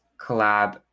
collab